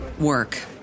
work